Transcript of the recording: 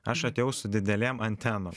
aš atėjau su didelėm antenom